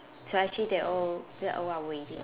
so actually they all they all are waiting